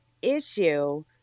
issue